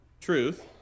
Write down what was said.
Truth